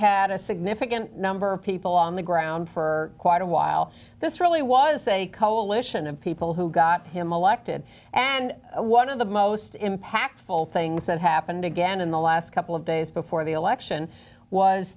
had a significant number of people on the ground for quite a while this really was a coalition of people who got him elected and one of the most impactful things that happened again in the last couple of days before the election was